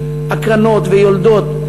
בבית-חולים זיו הקרנות ויולדות,